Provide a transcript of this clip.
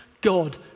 God